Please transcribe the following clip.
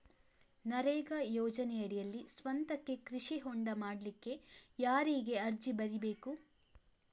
ನರೇಗಾ ಯೋಜನೆಯಡಿಯಲ್ಲಿ ಸ್ವಂತಕ್ಕೆ ಕೃಷಿ ಹೊಂಡ ಮಾಡ್ಲಿಕ್ಕೆ ಯಾರಿಗೆ ಅರ್ಜಿ ಬರಿಬೇಕು?